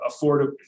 affordable